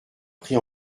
pris